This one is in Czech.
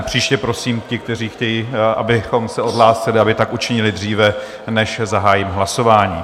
Příště prosím, ti, kteří chtějí, abychom se odhlásili, aby tak učinili dříve, než zahájím hlasování.